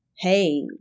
hey